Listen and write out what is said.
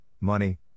money